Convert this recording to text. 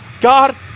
God